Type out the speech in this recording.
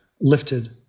lifted